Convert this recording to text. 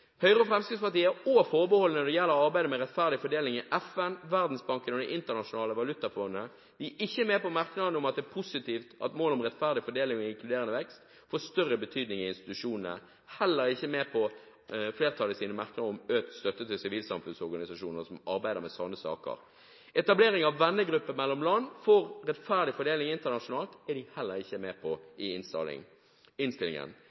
Høyre og Fremskrittspartiet er også forbeholdne når det gjelder arbeidet med rettferdig fordeling i FN, Verdensbanken og Det internasjonale valutafondet, og de er ikke med på merknadene om at det er positivt at målet om rettferdig fordeling og inkluderende vekst får større betydning i institusjonene. De er heller ikke med på flertallets merknader om økt støtte til sivilsamfunnsorganisasjoner som arbeider med sånne saker. Etablering av en vennegruppe mellom land for rettferdig fordeling internasjonalt er de heller ikke med på i innstillingen.